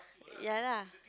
ya lah